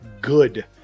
good